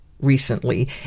recently